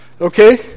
Okay